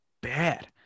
bad